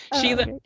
Sheila